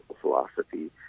philosophy